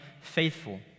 faithful